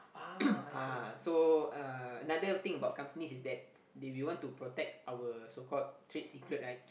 uh so uh another thing about companies is that if you want to protect our so called trade secret right